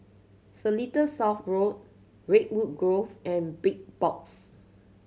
Seletar South Road Redwood Grove and Big Box